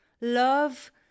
love